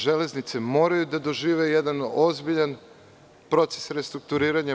Železnice moraju da dožive jedan ozbiljan proces restrukturiranja.